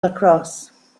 lacrosse